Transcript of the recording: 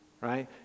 right